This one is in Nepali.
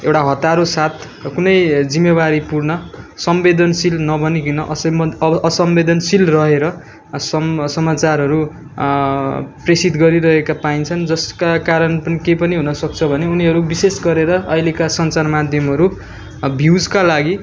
एउटा हतारोसाथ कुनै जिम्मेवारीपूर्ण संवेदनशील नबनिकिन असंवेद असंवेदनशील रहेर असम समाचारहरू प्रेषित गरिरहेका पाइन्छन् जसका कारण पनि केही पनि हुन सक्छ भने उनीहरू विशेष गरेर अहिलेका सञ्चार माध्यमहरू भ्युसका लागि